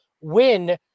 win